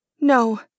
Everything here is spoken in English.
No